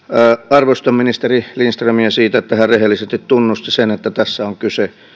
arvostan ministeri lindströmiä siitä että hän rehellisesti tunnusti sen että tässä on kyse